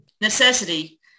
necessity